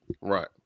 Right